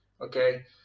okay